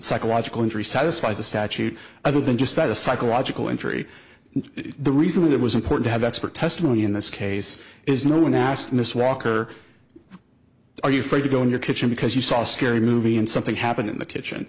psychological injury satisfies a statute other than just a psychological injury and the reason it was important to have expert testimony in this case is no one asked miss walker are you afraid to go in your kitchen because you saw scary movie and something happened in the kitchen